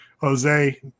Jose